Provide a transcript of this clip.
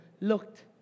looked